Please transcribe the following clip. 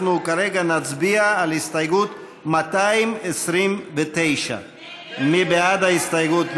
אנחנו כרגע נצביע על הסתייגות 229. מי בעד ההסתייגות?